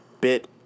bit